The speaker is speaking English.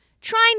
trying